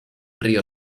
río